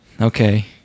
Okay